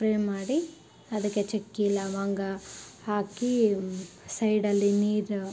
ಪ್ರೈ ಮಾಡಿ ಅದಕ್ಕೆ ಚಕ್ಕಿ ಲವಂಗ ಹಾಕಿ ಸೈಡಲ್ಲಿ ನೀರು